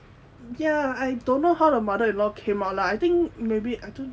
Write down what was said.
ya I don't know how her mother-in-law came up lah I think maybe I don't know